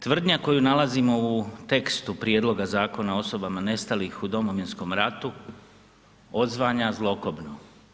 Tvrdnja koju nalazimo u tekstu prijedloga Zakona o osobama nestalih u Domovinskom ratu, odzvanja zlokobno.